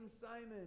Simon